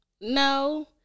No